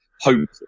hope